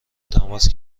تماس